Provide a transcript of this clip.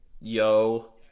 yo